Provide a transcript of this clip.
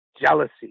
jealousy